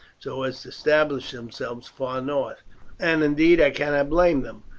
so as to establish themselves far north and indeed i cannot blame them.